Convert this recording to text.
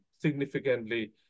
significantly